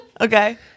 Okay